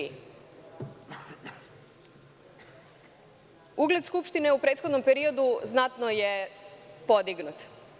Ugled Skupštine u prethodnom periodu znatno je podignut.